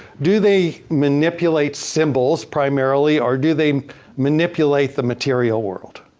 do they manipulate symbols, primarily? or do they manipulate the material world?